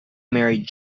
married